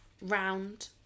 round